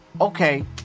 okay